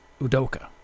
Udoka